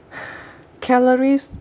calories